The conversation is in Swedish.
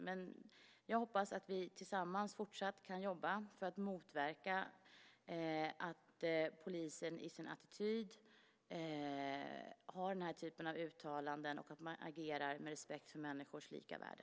Men jag hoppas att vi tillsammans fortsatt kan jobba för att motverka den här attityden hos polisen och att motverka att man gör den här typen av uttalanden och att man i stället agerar med respekt för människors lika värde.